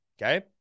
Okay